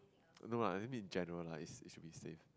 no lah I think in general lah it it should be safe